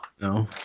No